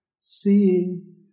seeing